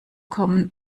kommen